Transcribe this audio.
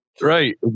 Right